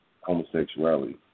homosexuality